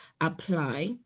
Apply